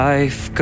Life